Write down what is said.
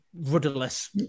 rudderless